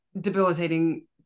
debilitating